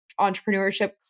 entrepreneurship